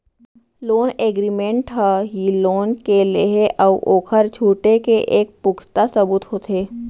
loan agreement ह ही loan के लेहे अउ ओखर छुटे के एक पुखता सबूत होथे